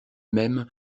même